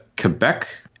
Quebec